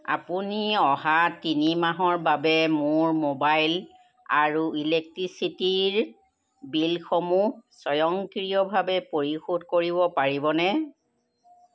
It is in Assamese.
আপুনি অহা তিনি মাহৰ বাবে মোৰ মোবাইল আৰু ইলেক্ট্ৰিচিটীৰ বিলসমূহ স্বয়ংক্ৰিয়ভাৱে পৰিশোধ কৰিব পাৰিবনে